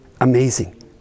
amazing